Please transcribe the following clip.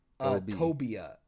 Tobia